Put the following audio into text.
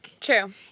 True